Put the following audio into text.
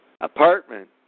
apartment